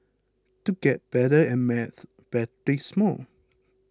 to get better at maths practise more